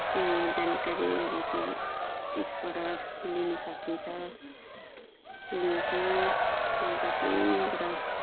त्यो जानकारी अब त्यो त्यसबाट लिनु सकिन्छ लिन्छु अब त्यहीबाट